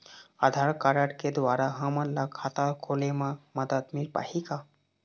आधार card के द्वारा हमन ला खाता खोले म मदद मिल पाही का?